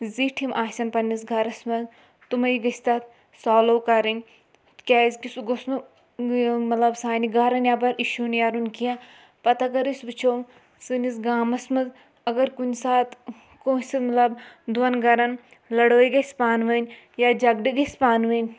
زِٹھ یِم آسن پنٛنِس گَرَس منٛز تٕمَے گژھِ تَتھ سالو کَرٕنۍ کیٛازِکہِ سُہ گوٚژھ نہٕ مطلب سانہِ گَران نیٚبَر اِشوٗ نیرُن کینٛہہ پَتہٕ اگر أسۍ وٕچھو سٲنِس گامَس منٛز اگر کُنہِ ساتہٕ کٲنٛسہِ مطلب دۄن گَرَن لَڑٲے گژھِ پانہٕ ؤنۍ یا جگڑٕ گژھِ پانہٕ ؤنۍ